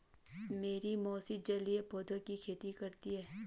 मेरी मौसी जलीय पौधों की खेती कर रही हैं